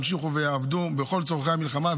בכל צורכי המלחמה,